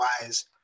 wise